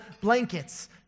blankets